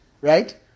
right